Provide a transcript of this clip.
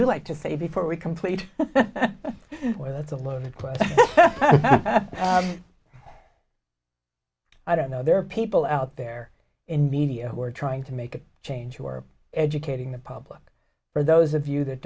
you like to say before we complete or that's a loaded question i don't know there are people out there in media who are trying to make a change you are educating the public for those of you that